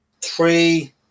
three